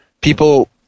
people